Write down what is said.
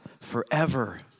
forever